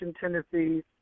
tendencies